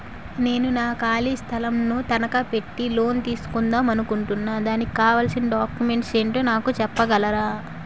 నేను నా ఖాళీ స్థలం ను తనకా పెట్టి లోన్ తీసుకుందాం అనుకుంటున్నా దానికి కావాల్సిన డాక్యుమెంట్స్ ఏంటో నాకు చెప్పగలరా?